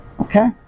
Okay